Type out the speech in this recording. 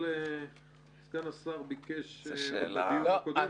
סגן השר ביקש עוד בדיון הקודם,